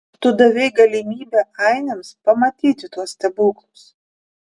tu davei galimybę ainiams pamatyti tuos stebuklus